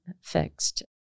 fixed